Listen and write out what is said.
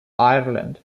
ireland